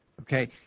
Okay